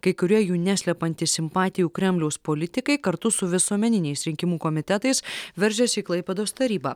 kai kurie jų neslepiantys simpatijų kremliaus politikai kartu su visuomeniniais rinkimų komitetais veržiasi į klaipėdos tarybą